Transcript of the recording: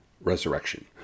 resurrection